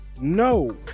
No